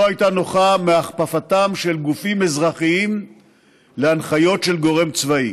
הייתה נוחה מהכפפתם של גופים אזרחיים להנחיות של גורם צבאי.